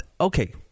Okay